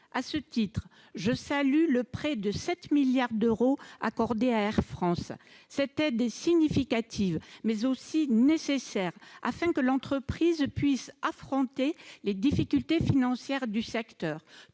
À ce titre, je salue le prêt de 7 milliards d'euros accordé à Air France. Cette aide est significative, mais aussi nécessaire, afin que l'entreprise puisse affronter les difficultés financières du secteur,